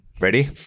Ready